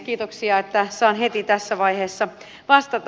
kiitoksia että saan heti tässä vaiheessa vastata